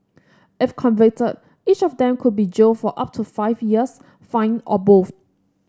if convicted each of them could be jailed for up to five years fined or both